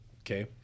okay